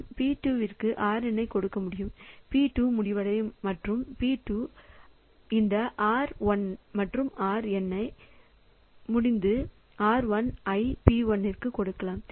நான் P2 க்கு Rn கொடுக்க முடியும் P2 முடிவடையும் மற்றும் P2 இந்த R1 Rn மற்றும் R1 முடிந்ததும் R1 ஐ P1 க்கு கொடுக்கலாம்